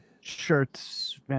shirts